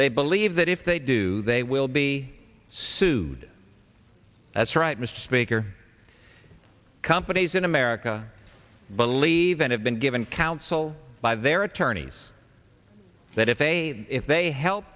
they believe that if they do they will be sued that's right mr speaker companies in america believe and have been given counsel by their attorneys that if they if they help